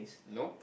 nope